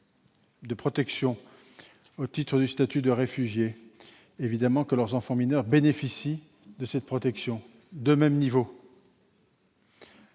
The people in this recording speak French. de protection au titre du statut de réfugié, leurs enfants mineurs bénéficient d'une protection de même niveau.